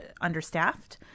understaffed